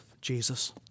Jesus